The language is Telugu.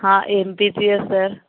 ఎంపీసీయే సార్